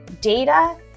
data